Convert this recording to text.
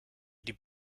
die